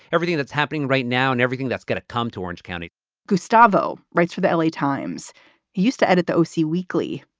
everything that's happening right now and everything that's going to come to orange county gustavo writes for the l a. times. he used to edit the o c. weekly.